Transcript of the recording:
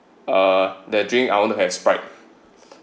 uh the drink I want to have sprite